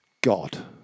God